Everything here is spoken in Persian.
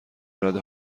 رده